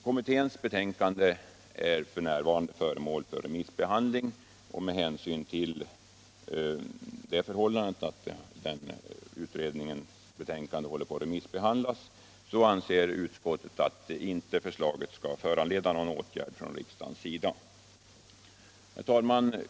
Kommitténs betänkande är f. n. föremål för remissbehandling och med hänsyn till detta anser utskottet att förslaget inte skall föranleda någon åtgärd från riksdagens sida. Herr talman!